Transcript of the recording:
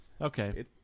Okay